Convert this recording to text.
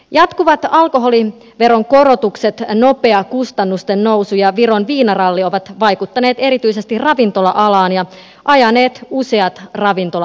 jatkuvat alkoholiveron korotukset nopea kustannusten nousu ja viron viinaralli ovat vaikuttaneet erityisesti ravintola alaan ja ajaneet useat ravintolat ahtaalle